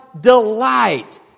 delight